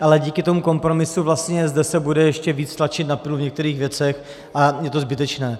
Ale díky tomu kompromisu vlastně zde se bude ještě víc tlačit na pilu v některých věcech a je to zbytečné.